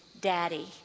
daddy